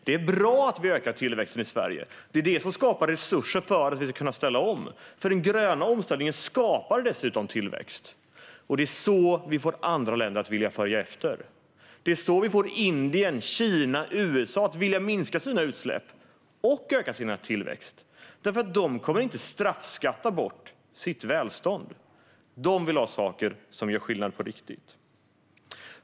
Det är bra att tillväxten ökar i Sverige, för det är det som skapar resurser så att vi kan ställa om. Den gröna omställningen skapar dessutom tillväxt. Det är på så vis vi får andra länder att vilja följa efter. Det är på så vis vi får Indien, Kina och USA att vilja minska sina utsläpp och öka sin tillväxt. De kommer nämligen inte att straffskatta bort sitt välstånd. De vill ha saker som gör skillnad på riktigt.